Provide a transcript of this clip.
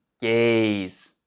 gaze